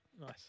Nice